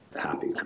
happy